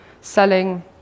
selling